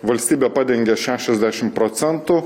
valstybė padengia šešiasdešim procentų